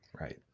right